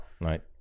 Right